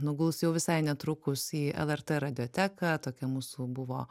nuguls jau visai netrukus į lrt radioteką tokia mūsų buvo